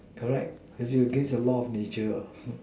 correct cause you are against the law of nature what